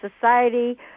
society